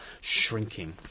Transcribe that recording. shrinking